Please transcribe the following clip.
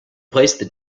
placed